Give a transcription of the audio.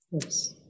yes